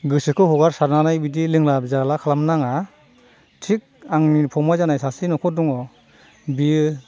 गोसोखौ हगारसारनानै बिदि लोंला जाला खालामनाङा थिख आंनि फंबाय जानाय सासे न'खर दङ बियो